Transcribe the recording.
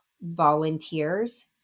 volunteers